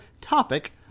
topic